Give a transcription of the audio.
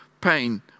pain